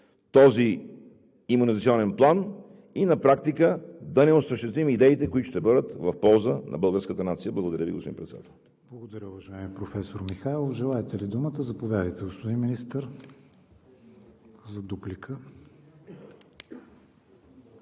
този имунизационен план и на практика да не осъществим идеите, които ще бъдат в полза на българската нация. Благодаря Ви, господин Председател. ПРЕДСЕДАТЕЛ КРИСТИАН ВИГЕНИН: Благодаря, уважаеми професор Михайлов. Желаете ли думата? Заповядайте, господин Министър, за дуплика.